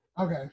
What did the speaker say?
Okay